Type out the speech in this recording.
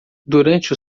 durante